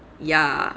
ya